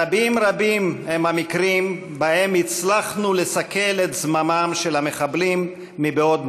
רבים רבים הם המקרים שבהם הצלחנו לסכל את זממם של המחבלים בעוד מועד.